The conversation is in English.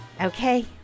okay